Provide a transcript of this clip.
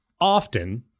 often